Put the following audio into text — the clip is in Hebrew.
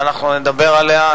ואנחנו נדבר עליה.